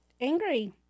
angry